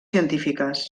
científiques